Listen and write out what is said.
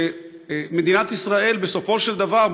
שמדינת ישראל בסופו של דבר,